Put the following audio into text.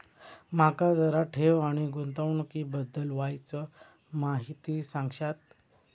माका जरा ठेव आणि गुंतवणूकी बद्दल वायचं माहिती सांगशात?